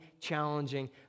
challenging